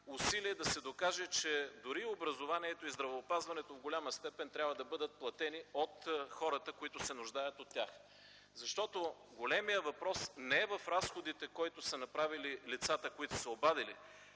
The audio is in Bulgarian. усилие да се докаже, че дори образованието и здравеопазването в голяма степен трябва да бъдат платени от хората, които се нуждаят от тях. Защото големият въпрос не е в разходите, които са направили лицата, които са се обадили,